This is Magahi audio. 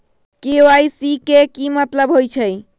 के.वाई.सी के कि मतलब होइछइ?